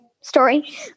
story